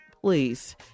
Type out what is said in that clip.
please